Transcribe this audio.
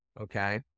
okay